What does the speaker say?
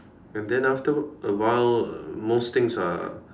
and then after a while most things are